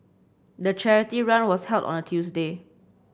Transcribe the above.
the charity run was held on a Tuesday